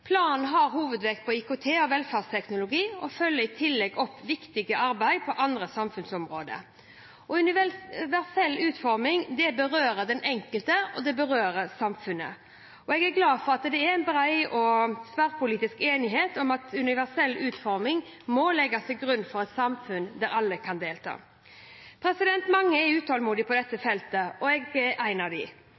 Planen har hovedvekt på IKT og velferdsteknologi og følger i tillegg opp arbeidet på andre viktige samfunnsområder. Universell utforming berører den enkelte og samfunnet. Jeg er glad for at det er en bred og tverrpolitisk enighet om at universell utforming må legges til grunn for et samfunn der alle kan delta. Mange er utålmodige på dette feltet, og jeg er en av